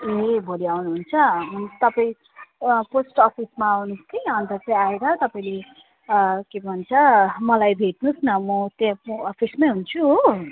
ए भोलि आउनुहुन्छ अनि तपाईँ वहाँ पोस्ट अफिसमा आउनुहोस् कि अन्त चाहिँ आएर तपाईँले के भन्छ मलाई भेट्नुहोस् न म त्यहाँ अफिसमै हुन्छु हो